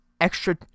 extra